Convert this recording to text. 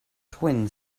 twin